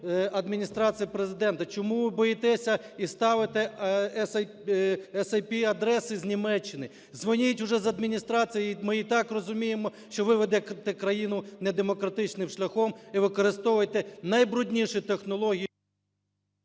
Адміністрації Президента. Чому ви боїтеся і ставите SIP-адреси з Німеччини? Дзвоніть уже з Адміністрації, ми і так розуміємо, що ви веде країну недемократичним шляхом і використовуєте найбрудніші технології…